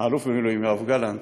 האלוף במילואים יואב גלנט,